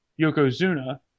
Yokozuna